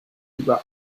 lieber